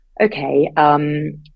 okay